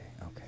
okay